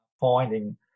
finding